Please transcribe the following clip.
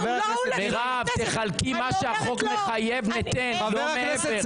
מירב, את מה שהחוק מחייב ניתן, אבל לא מעבר.